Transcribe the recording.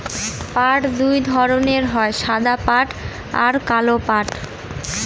পাট দুই ধরনের হয় সাদা পাট আর কালো পাট